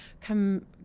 come